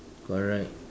correct